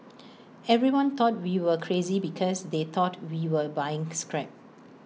everyone thought we were crazy because they thought we were buying scrap